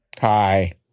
Hi